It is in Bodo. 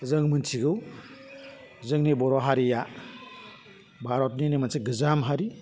जों मोनथिगौ जोंनि बर' हारिआ भारतनिनो मोनसे गोजाम हारि